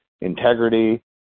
integrity